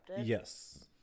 yes